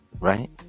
Right